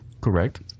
Correct